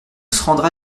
rendra